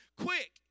quick